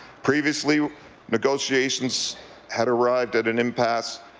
previously negotiations had arrived at an impasse.